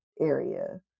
area